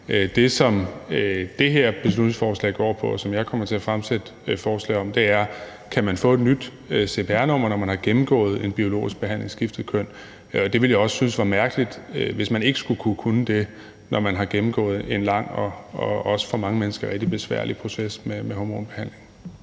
det, som det her beslutningsforslag går på, og som jeg kommer til at fremsætte forslag om, er, om man kan få et nyt cpr-nummer, når man har gennemgået en biologisk behandling, skiftet køn, og det ville jeg også synes var mærkeligt, hvis man ikke skulle kunne det, når man har gennemgået en lang og for mange mennesker også rigtig besværlig proces med hormonbehandling.